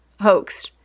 hoax